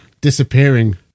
disappearing